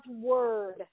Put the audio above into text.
word